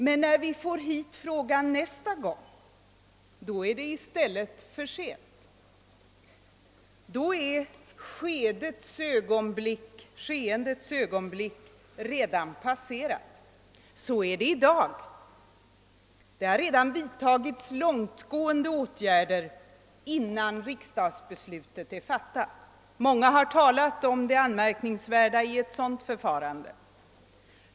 Men när vi får hit ärendet nästa gång är det i stället för sent; då är skeendets ögonblick redan passerat. Så är det även i dag. Det har redan vidtagits långtgående åtgärder innan riksdagsbeslutet är fattat. Många har talat om det anmärkningsvärda i ett sådant förfarande.